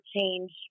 change